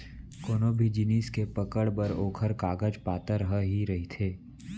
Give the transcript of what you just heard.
कोनो भी जिनिस के पकड़ बर ओखर कागज पातर ह ही रहिथे